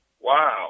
Wow